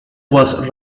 was